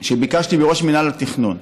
שביקשתי מראשת מינהל התכנון,